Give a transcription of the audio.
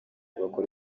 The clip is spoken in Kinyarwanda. bakora